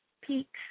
peaks